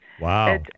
Wow